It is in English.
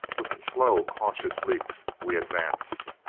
with slow, cautious leaps, we advanced.